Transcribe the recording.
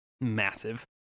massive